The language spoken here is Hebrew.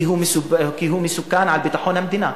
כי הוא מסוכן לביטחון המדינה.